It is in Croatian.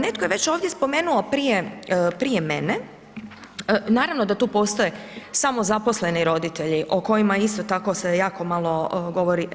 Netko je već ovdje spomenuo prije mene, naravno da tu postoje samozaposleni roditelji o kojima, isto tako se jako malo govori.